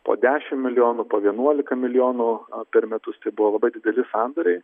po dešimt milijonų po vienuolika milijonų per metus tai buvo labai dideli sandoriai